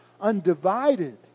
undivided